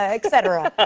et cetera.